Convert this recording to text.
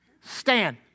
stand